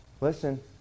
Listen